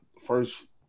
first